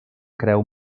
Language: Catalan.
creu